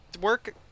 work